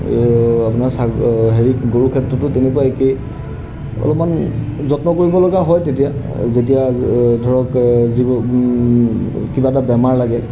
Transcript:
আপোনাৰ ছাগ্ হেৰি গৰু ক্ষেত্ৰতো তেনেকুৱা একেই অলমান যত্ন কৰিবলগা হয় তেতিয়া যেতিয়া ধৰক যিবোৰ কিবা এটা বেমাৰ লাগে